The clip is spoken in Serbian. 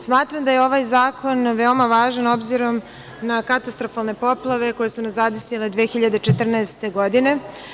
Smatram da je ovaj zakon veoma važan, obzirom na katastrofalne poplave koje su nas zadesile 2014. godine.